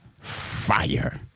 fire